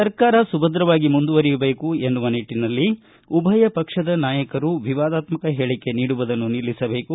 ಸರ್ಕಾರ ಸುಭದ್ರವಾಗಿ ಮುಂದುವರಿಯಬೇಕು ಎನ್ನುವ ನಿಟ್ಟನಲ್ಲಿ ಉಭಯ ಪಕ್ಷದ ನಾಯಕರು ವಿವಾದಾತ್ತಕ ಹೇಳಿಕೆ ನೀಡುವುದನ್ನು ನಿಲ್ಲಿಸಬೇಕು